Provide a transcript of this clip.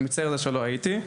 אני מצטער על זה שלא הייתי.